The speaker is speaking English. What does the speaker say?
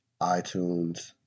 iTunes